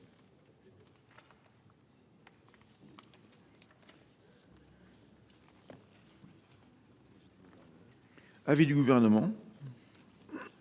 l’avis du Gouvernement.